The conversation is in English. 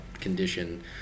condition